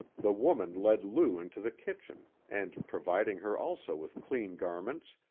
the woman led lou into the kitchen, and, providing her also with clean garments,